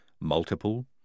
multiple